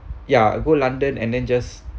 ya go london and then just